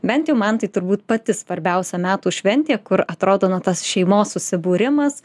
bent jau man tai turbūt pati svarbiausia metų šventė kur atrodo na tas šeimos susibūrimas